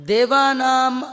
Devanam